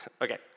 Okay